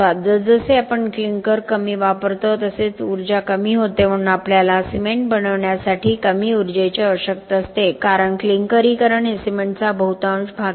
जसजसे आपण क्लिंकर कमी वापरतो तसेच उर्जा कमी होते म्हणून आपल्याला सिमेंट बनवण्यासाठी कमी उर्जेची आवश्यकता असते कारण क्लिंकरीकरण हे सिमेंटचा बहुतांश भाग घेते